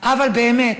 אבל באמת,